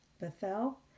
Bethel